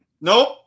Nope